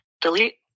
delete